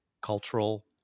cultural